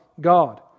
God